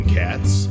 cats